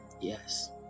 yes